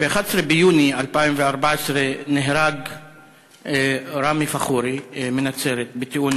ב-11 ביוני 2014 נהרג ראמי פאחורי מנצרת בתאונה